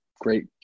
great